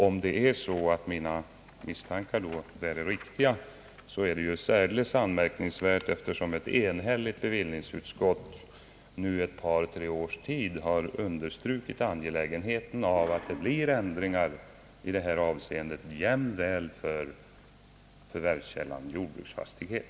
Om mina misstankar är riktiga, så är det ju särdeles anmärkningsvärt att ett enhälligt bevillningsutskott nu under tre års tid har understrukit angelägenheten av att det blir ändringar i det här avseendet